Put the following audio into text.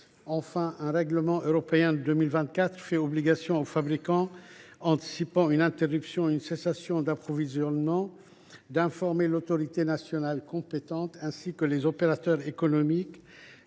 Enfin, un règlement européen de 2024 oblige les fabricants qui anticipent une interruption ou une cessation d’approvisionnement à informer l’autorité nationale compétente, ainsi que les opérateurs économiques,